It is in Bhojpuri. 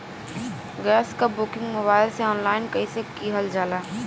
गैस क बुकिंग मोबाइल से ऑनलाइन कईसे कईल जाला?